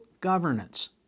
governance